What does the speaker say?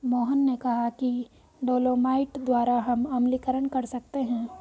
मोहन ने कहा कि डोलोमाइट द्वारा हम अम्लीकरण कर सकते हैं